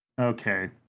Okay